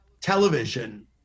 television